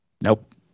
Nope